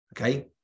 okay